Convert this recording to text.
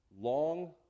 long